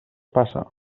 passa